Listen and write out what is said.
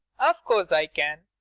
of course i can.